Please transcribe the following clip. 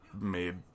made